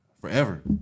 Forever